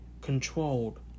controlled